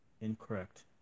incorrect